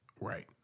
Right